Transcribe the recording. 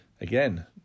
Again